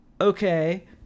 okay